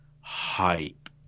hype